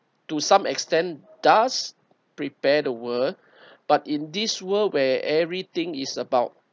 to some extent does prepare the world but in this world where everything is about